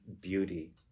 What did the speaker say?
beauty